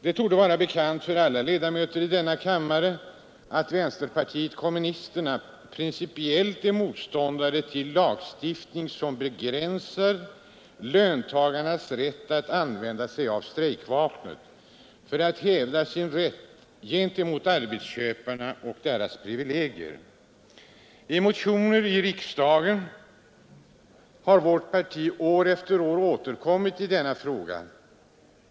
Det torde vara bekant för alla ledamöter i kammaren att vänsterpartiet kommunisterna principiellt är motståndare till lagstiftning, som begränsar löntagarnas möjligheter att använda sig av strejkvapnet för att hävda sin rätt gentemot arbetsköparna och deras privilegier. I motioner i riksdagen har vårt parti år efter år återkommit i denna fråga.